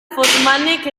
forssmanek